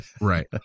Right